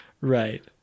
Right